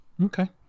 Okay